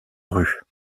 rue